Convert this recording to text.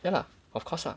ya lah of course lah